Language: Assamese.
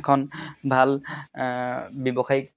এখন ভাল ব্যৱসায়িক